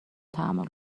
تحمل